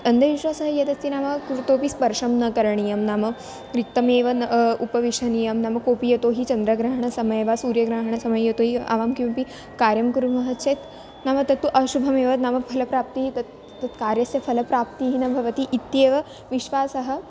अन्धविश्वासः यदस्ति नाम कृतोपि स्पर्शं न करणीयं नाम कृतमेव न उपवेशनीयं नाम कोपि यतोहि चन्द्रग्रहणसमये वा सूर्यग्रहणसमये यतो हि अहं किमपि कार्यं कुर्मः चेत् नाम तत्तु अशुभमेव नाम फलप्राप्तिः तत् तत् कार्यस्य फलप्राप्तिः न भवति इत्येव विश्वासः